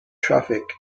traffic